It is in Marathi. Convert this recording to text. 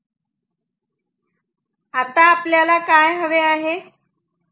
आता आपल्याला काय हवे आहे